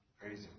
Crazy